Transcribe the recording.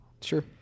Sure